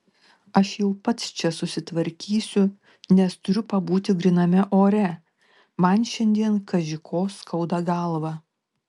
aš jau pats čia susitvarkysiu nes turiu pabūti gryname ore man šiandien kaži ko skauda galvą